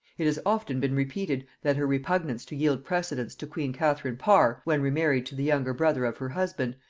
it has often been repeated, that her repugnance to yield precedence to queen catherine parr, when remarried to the younger brother of her husband,